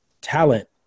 talent